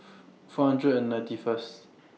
four hundred and ninety First